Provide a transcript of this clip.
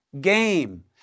game